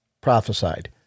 prophesied